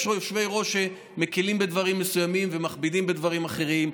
יש יושבי-ראש שמקילים בדברים מסוימים ומכבידים בדברים אחרים,